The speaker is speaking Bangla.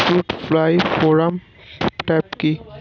ফ্রুট ফ্লাই ফেরোমন ট্র্যাপ কি?